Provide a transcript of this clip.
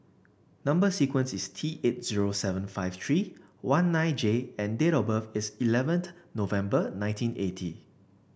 number sequence is T eight zero seven five three one nine J and date of birth is eleventh November nineteen eighty